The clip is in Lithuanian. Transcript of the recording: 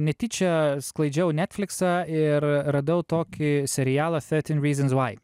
netyčia sklaidžiau netfliksą ir radau tokį serialą thirteen reasons why